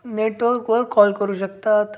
नेटवर्कवर कॉल करू शकतात